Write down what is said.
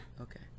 Okay